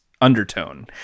undertone